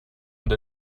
und